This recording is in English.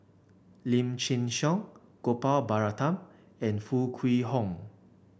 Lim Chin Siong Gopal Baratham and Foo Kwee Horng